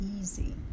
easy